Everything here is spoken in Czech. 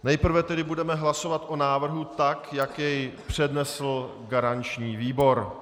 Nejprve tedy budeme hlasovat o návrhu tak, jak jej přednesl garanční výbor.